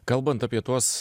kalbant apie tuos